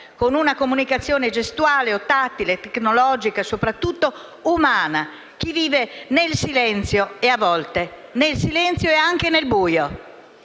con una comunicazione gestuale o tattile, tecnologica e soprattutto umana, chi vive nel silenzio e, a volte, nel silenzio e anche nel buio.